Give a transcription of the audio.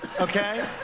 Okay